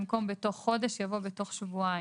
במקום "בתוך חודש" יבוא "בתוך שבועיים".